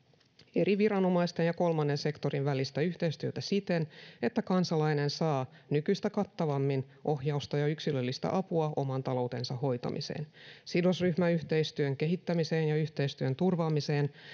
eri viranomaisten ja kolmannen sektorin välistä yhteistyötä siten että kansalainen saa nykyistä kattavammin ohjausta ja yksilöllistä apua oman taloutensa hoitamiseen sidosryhmäyhteistyön kehittämiseen ja yhteistyön turvaamiseen